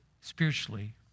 spiritually